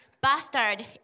bastard